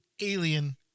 Alien